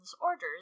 orders